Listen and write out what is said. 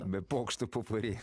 be pokštų popuri